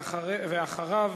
ואחריו,